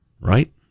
Right